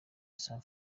san